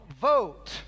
Vote